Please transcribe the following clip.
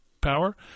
power